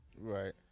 right